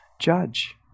judge